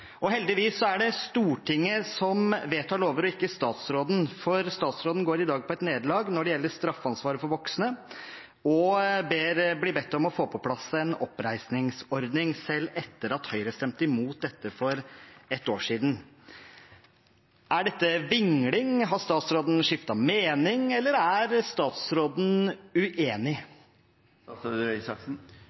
og skolefolk. Heldigvis er det Stortinget som vedtar lover, og ikke statsråden, for statsråden går i dag på et nederlag når det gjelder straffeansvaret for voksne, og blir bedt om å få på plass en oppreisningsordning, selv etter at Høyre stemte imot dette for ett år siden. Er dette vingling? Har statsråden skiftet mening, eller er statsråden uenig?